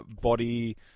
body